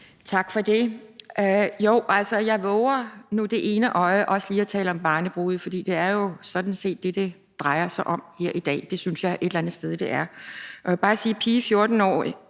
Tak for det. Jeg vover nu det ene øje ved også lige at tale om barnebrude, for det er jo sådan set det, det drejer sig om her i dag – det synes jeg et eller andet sted det er. Jeg vil bare sige: Pige, 14 år,